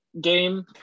game